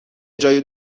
جای